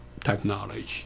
technology